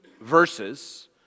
verses